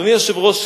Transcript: אדוני היושב-ראש,